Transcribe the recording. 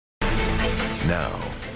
Now